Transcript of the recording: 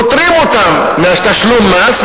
פוטרים אותם מתשלום מס,